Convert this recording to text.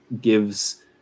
gives